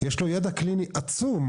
יש לו ידע קליני עצום,